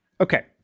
Okay